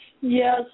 Yes